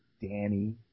Danny